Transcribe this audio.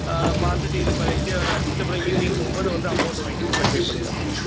ஆ பார்த்துட்டு இது பண்ணிட்டு அப்புறம் அடித்துட்டு அப்புறம் ஈவினிங் போகும்போது வந்து அமௌண்டு வாங்கிக்கோங்க சார் பே பண்ணிடுறேன் அப்போயே